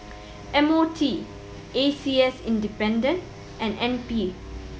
M O T A C S and N P